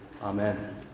amen